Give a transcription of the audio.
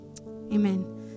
Amen